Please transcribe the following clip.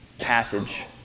passage